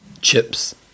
chips